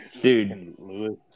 Dude